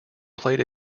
played